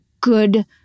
good